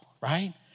right